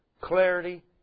clarity